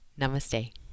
Namaste